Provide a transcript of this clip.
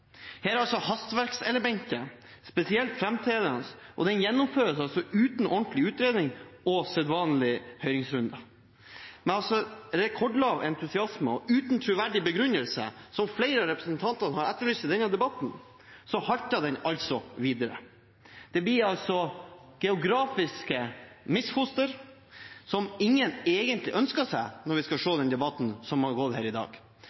Her er hastverkselementet spesielt framtredende. Den gjennomføres uten ordentlig utredning og sedvanlige høringsrunder. Med rekordlav entusiasme og uten troverdig begrunnelse – som flere av representantene har etterlyst i denne debatten – halter den altså videre. Det blir geografiske misfostre som ingen egentlig ønsker seg – når vi ser det ut fra den debatten som har foregått her i dag.